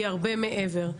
אלא הרבה מעבר לכם.